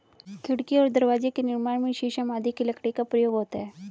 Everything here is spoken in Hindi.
खिड़की और दरवाजे के निर्माण में शीशम आदि की लकड़ी का प्रयोग होता है